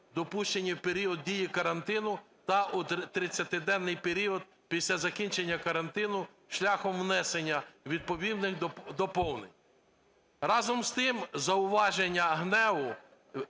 допущені в період дії карантину та у тридцятиденний період після закінчення карантину, шляхом внесення відповідних доповнень. Разом з тим, зауваження ГНЕУ